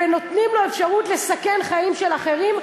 ונותנים לו אפשרות לסכן חיים של אחרים,